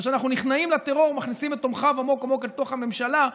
או שאנחנו נכנעים לטרור ומכניסים את תומכיו עמוק עמוק אל תוך הממשלה?